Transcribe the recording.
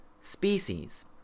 species